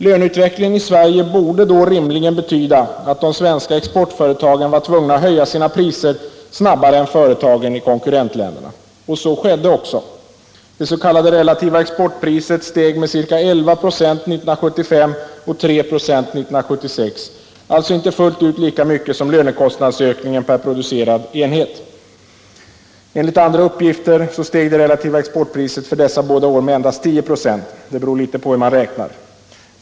Löneutvecklingen i Sverige borde då rimligen betyda att de svenska exportföretagen var tvungna att höja sina priser snabbare än företagen i konkurrentländerna. Så skedde också. Det s.k. relativa exportpriset steg med ca 11 96 år 1975 och 3 26 år 1976, alltså inte fullt ut lika mycket som lönekostnadsökningen per producerad enhet. Enligt andra uppgifter steg det relativa exportpriset för dessa båda år med endast 10 26 — det beror på hur man räknar.